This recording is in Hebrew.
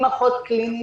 עם אחות קלינית,